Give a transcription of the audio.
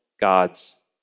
God's